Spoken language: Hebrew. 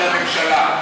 הממשלה,